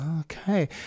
Okay